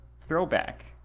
throwback